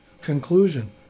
Conclusion